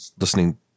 listening